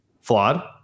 flawed